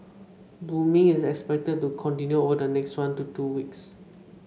blooming is expected to continue over the next one to two weeks